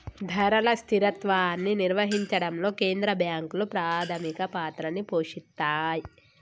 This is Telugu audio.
ధరల స్థిరత్వాన్ని నిర్వహించడంలో కేంద్ర బ్యాంకులు ప్రాథమిక పాత్రని పోషిత్తాయ్